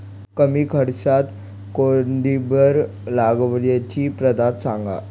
कमी खर्च्यात कोथिंबिर लागवडीची पद्धत सांगा